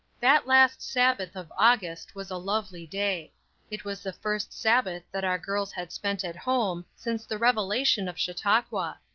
that last sabbath of august was a lovely day it was the first sabbath that our girls had spent at home since the revelation of chautauqua.